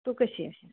तू कशी आहेस